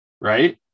Right